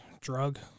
drug